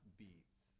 beats